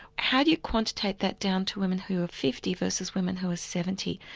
how do you quantitate that down to women who are fifty versus women who are seventy.